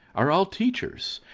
are all teachers?